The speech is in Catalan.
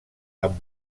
amb